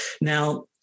now